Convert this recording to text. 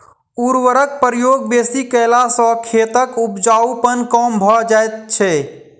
उर्वरकक प्रयोग बेसी कयला सॅ खेतक उपजाउपन कम भ जाइत छै